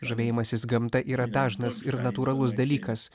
žavėjimasis gamta yra dažnas ir natūralus dalykas